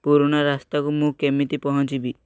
ପୁରୁଣା ରାସ୍ତାକୁ ମୁଁ କେମିତି ପହଞ୍ଚିବି